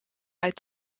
uit